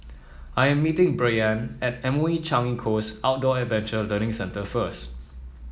I am meeting Brianne at M O E Changi Coast Outdoor Adventure Learning Centre first